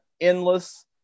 endless